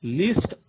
list